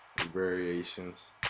variations